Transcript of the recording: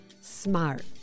smart